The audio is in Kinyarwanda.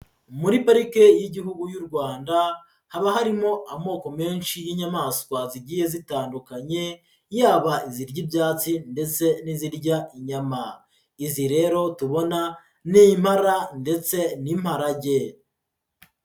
Muri Parike y'Igihugu y'u Rwanda haba harimo amoko menshi y'inyamaswa zigiye zitandukanye, yaba izirya ibyatsi ndetse n'izirya inyama. Izi rero tubona ni impara ndetse n'imparage.